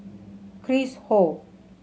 Chris Ho